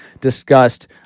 discussed